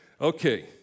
Okay